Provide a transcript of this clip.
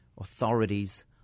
authorities